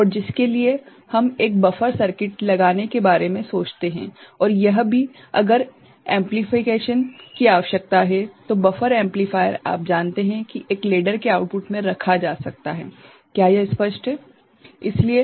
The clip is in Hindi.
और जिसके लिए हम एक बफर सर्किट लगाने के बारे में सोचते हैं और यह भी अगर एंप्लीफिकेशन की आवश्यकता है तो बफर एम्पलीफायर आप जानते हैं कि एक लेडर के आउटपुट में रखा जा सकता है क्या यह स्पष्ट है